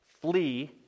Flee